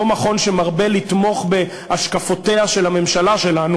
לא מכון שמרבה לתמוך בהשקפותיה של הממשלה שלנו,